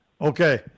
Okay